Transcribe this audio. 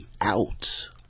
out